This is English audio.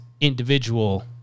individual